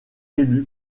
élu